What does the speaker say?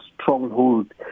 stronghold